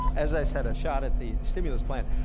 as i said, a shot at the stimulus plan.